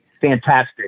fantastic